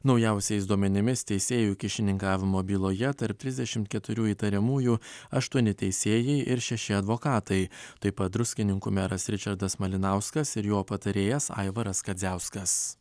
naujausiais duomenimis teisėjų kyšininkavimo byloje tarp trisdešimt keturių įtariamųjų aštuoni teisėjai ir šeši advokatai taip pat druskininkų meras ričardas malinauskas ir jo patarėjas aivaras kadziauskas